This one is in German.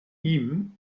ihm